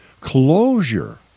closure